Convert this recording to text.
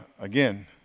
again